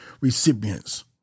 recipients